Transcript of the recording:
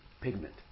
pigment